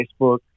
Facebook